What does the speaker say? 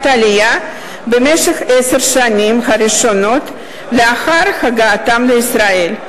העלייה במשך עשר השנים הראשונות לאחר הגעתם לישראל.